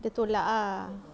dia tolak ah